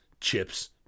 chips